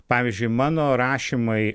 pavyzdžiui mano rašymai